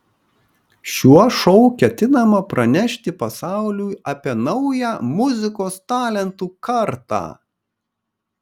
šiuo šou ketinama pranešti pasauliui apie naują muzikos talentų kartą